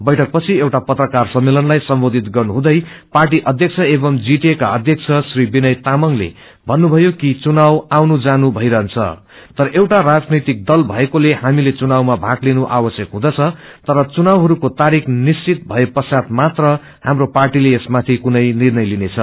बैठकपछि एउटा पत्रकार सम्मेलनलाई सम्बोधित गर्नुहुँदै पार्टी अध्यक्ष एपवमृ जीटिए का अध्यक्ष श्री विनय तामंगले भन्नुभयो कि चुव आउनु जानु रहिरहन्छ तर एउटा राजनैतिक दल भएकोले हामीले चुनावमा भाग लिनु आवश्यक हुँदछ तर चुनावहको तारीख निश्चित भए पश्चात मात्र हाप्रो पार्टीले यसमाथि कुनै निर्णय लिनेछ